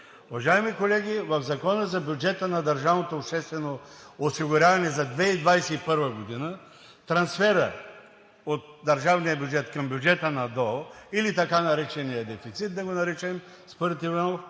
Уважаеми колеги, в Закона за бюджета на държавното обществено осигуряване за 2021 г. трансферът от държавния бюджет към бюджета на ДОО, или така нареченият дефицит, да го наречем според